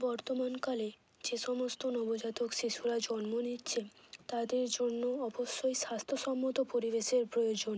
বর্তমানকালে যে সমস্ত নবজাতক শিশুরা জন্ম নিচ্ছে তাদের জন্য অবশ্যই স্বাস্থ্যসম্মত পরিবেশের প্রয়োজন